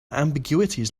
ambiguities